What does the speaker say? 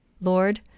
Lord